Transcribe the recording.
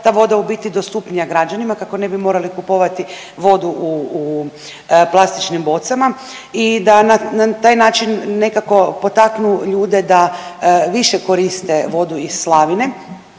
ta voda u biti dostupnija građanima kako ne bi morali kupovati vodu u plastičnim bocama i da na taj način nekako potaknu ljude da više koriste vodu iz slavine.